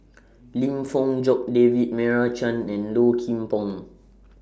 Lim Fong Jock David Meira Chand and Low Kim Pong